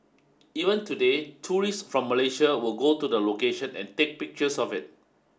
even today tourists from Malaysia will go to the location and take pictures of it